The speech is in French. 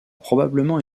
probablement